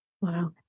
Wow